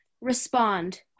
respond